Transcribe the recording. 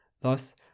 Thus